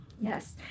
Yes